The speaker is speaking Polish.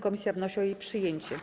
Komisja wnosi o jej przyjęcie.